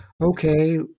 okay